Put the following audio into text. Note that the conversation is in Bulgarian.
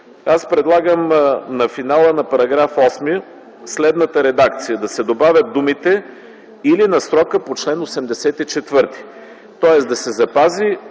предлагам на финала на § 8 следната редакция: да се добавят думите „или на срока по чл. 84”. Тоест да се запази